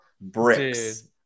Bricks